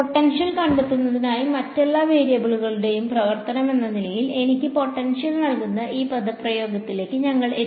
potential കണ്ടെത്തുന്നതിനായി മറ്റെല്ലാ വേരിയബിളുകളുടെയും പ്രവർത്തനമെന്ന നിലയിൽ എനിക്ക് പൊട്ടൻഷ്യൽ നൽകുന്ന ഈ പദപ്രയോഗത്തിലേക്ക് ഞങ്ങൾ എത്തി